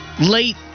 late